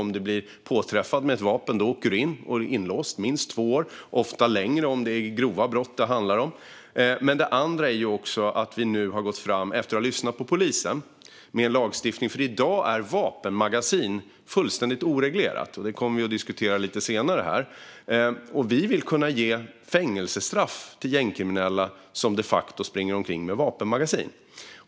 Om du blir påträffad med ett vapen åker du in och blir inlåst minst två år, ofta längre om det handlar om grova brott. En annan sak är att vi efter att ha lyssnat på polisen går fram med en ny lagstiftning. I dag är nämligen vapenmagasin fullständigt oreglerade. Det kommer vi att diskutera lite senare här. Vi vill kunna ge fängelsestraff till gängkriminella som de facto springer omkring med vapenmagasin.